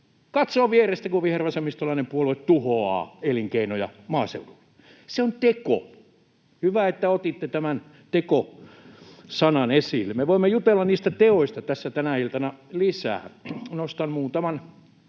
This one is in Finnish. katsoo vierestä, kun vihervasemmistolainen puolue tuhoaa elinkeinoja maaseudulla — se on teko. Hyvä, että otitte tämän teko-sanan esille. Me voimme jutella niistä teoista tässä tänä iltana lisää, nostan muutaman